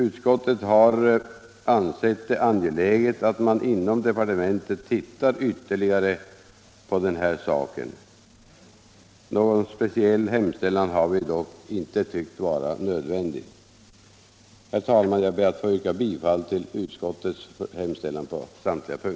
Utskottet har ansett det angeläget att man inom departementen tittar ytterligare på den här saken. Någon speciell hemställan har vi dock inte funnit vara nödvändig. Herr talman! Jag ber att på samtliga punkter få yrka bifall till utskottets hemställan.